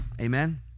Amen